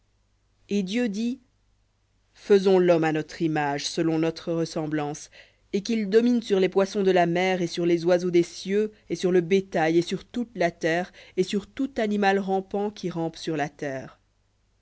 et dieu dit faisons homme à notre image selon notre ressemblance et qu'ils dominent sur les poissons de la mer et sur les oiseaux des cieux et sur le bétail et sur toute la terre et sur tout rampant qui rampe sur la terre